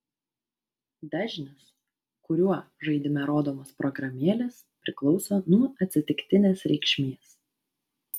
dažnis kuriuo žaidime rodomos programėlės priklauso nuo atsitiktinės reikšmės